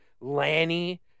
Lanny